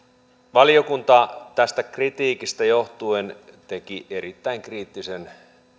valiokunta tästä kritiikistä johtuen teki erittäin kriittisen